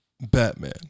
Batman